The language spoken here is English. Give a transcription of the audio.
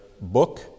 book